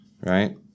right